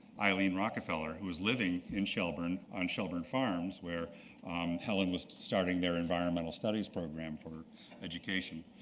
eileen rockefeller, who was living in shelburne on shelburne farms where helen was starting their environmental studies program for education.